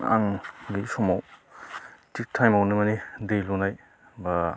आं गैयि समाव थिग टाइमावनो माने दै लुनाय बा